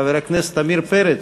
חבר הכנסת עמיר פרץ,